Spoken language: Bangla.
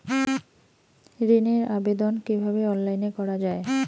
ঋনের আবেদন কিভাবে অনলাইনে করা যায়?